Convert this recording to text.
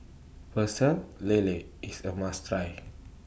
Pecel Lele IS A must Try